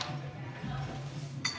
Tak